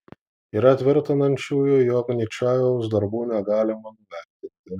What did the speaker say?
yra tvirtinančiųjų jog ničajaus darbų negalima nuvertinti